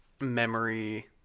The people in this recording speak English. memory